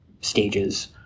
stages